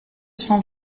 cent